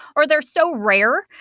or they're so rare.